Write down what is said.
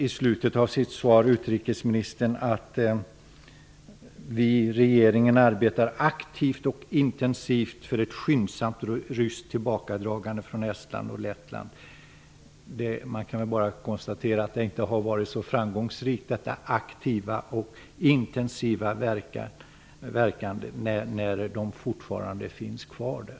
I slutet av sitt svar säger utrikesministern att regeringen arbetar aktivt och intensivt för ett skyndsamt ryskt tillbakadragande från Estland och Man kan väl bara konstatera att detta aktiva och intensiva verkande inte har varit så framgångsrikt, eftersom de fortfarande finns kvar där.